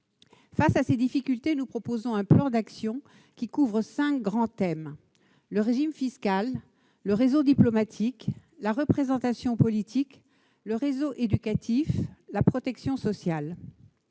face à ces difficultés, nous proposons un plan d'action qui recouvre cinq grands thèmes : le régime fiscal, le réseau diplomatique, la représentation politique, le réseau éducatif et la protection sociale.